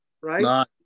Right